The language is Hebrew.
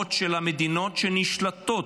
דוגמאות של מדינות שנשלטות